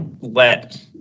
let